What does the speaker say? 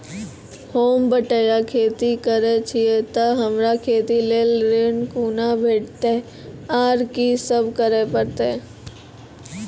होम बटैया खेती करै छियै तऽ हमरा खेती लेल ऋण कुना भेंटते, आर कि सब करें परतै?